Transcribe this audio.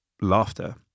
laughter